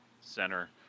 center